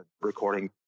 recording